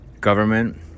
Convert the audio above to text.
Government